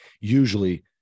usually